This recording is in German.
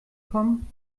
kommen